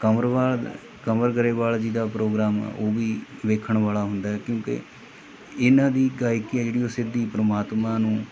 ਕਮਰਵਾਲ ਕੰਵਰ ਗਰੇਵਾਲ ਜੀ ਦਾ ਪ੍ਰੋਗਰਾਮ ਉਹ ਵੀ ਵੇਖਣ ਵਾਲਾ ਹੁੰਦਾ ਕਿਉਂਕਿ ਇਹਨਾਂ ਦੀ ਗਾਇਕੀ ਹੈ ਜਿਹੜੀ ਉਹ ਸਿੱਧੀ ਪਰਮਾਤਮਾ ਨੂੰ